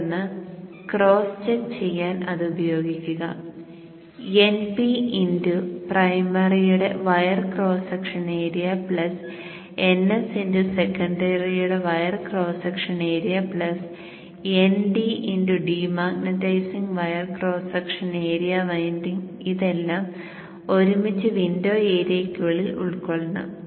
തുടർന്ന് cross check ചെയ്യാൻ അത് ഉപയോഗിക്കുക Np x പ്രൈമറിയുടെ wire cross section area Ns x സെക്കൻഡറിയുടെ wire cross section area Nd x ഡീമാഗ്നെറ്റൈസിംഗിന്റെ wire cross section area winding ഇതെല്ലാം ഒരുമിച്ച് വിൻഡോ ഏരിയയ്ക്കുള്ളിൽ ഉൾക്കൊള്ളണം